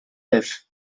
libh